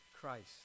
Christ